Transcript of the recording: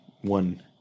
one